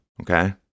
Okay